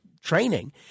training